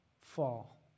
fall